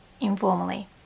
informally